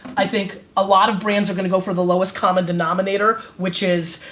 i think a lot of brands are gonna go for the lowest common denominator which is,